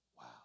Wow